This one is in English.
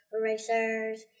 erasers